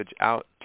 out